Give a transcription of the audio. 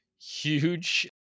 huge